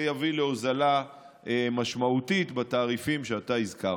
זה יביא להוזלה משמעותית בתעריפים שאתה הזכרת.